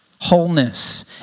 wholeness